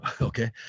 okay